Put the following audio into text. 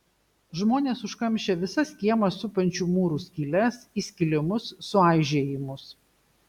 žmonės užkamšė visas kiemą supančių mūrų skyles įskilimus suaižėjimus